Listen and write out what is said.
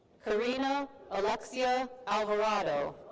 karina alexia alvarado.